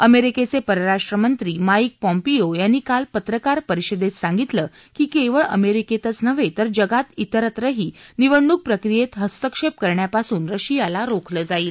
अमेरिकेचे परराष्ट्र मंत्री माईक पॉम्पीयो यांनी काल पत्रकार परिषदेत सांगितलं की केवळ अमेरिकेतच नव्हे तर जगात त्रिरत्रही निवडणूक प्रक्रीयेत हस्तक्षेप करण्यापासून रशियाला रोखलं जाईल